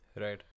Right